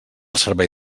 servei